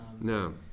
no